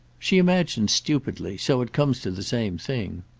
she imagined stupidly so it comes to the same thing.